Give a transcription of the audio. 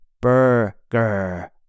Burger